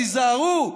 תיזהרו,